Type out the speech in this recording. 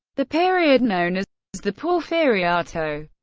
the period, known as as the porfiriato,